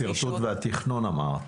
השרטוט והתכנון, אמרת.